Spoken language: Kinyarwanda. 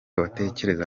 watekereza